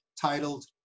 titled